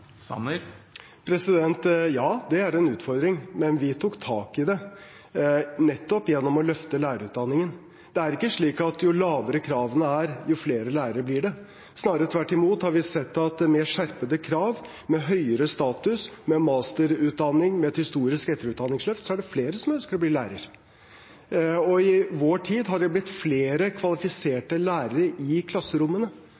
Ja, det er en utfordring, men vi tok tak i det nettopp gjennom å løfte lærerutdanningen. Det er ikke slik at jo lavere kravene er, jo flere lærere blir det – snarere tvert imot. Vi har sett at med skjerpede krav, høyere status, masterutdanning og et historisk etterutdanningsløft er det flere som ønsker å bli lærer. I vår tid ble det flere